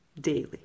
daily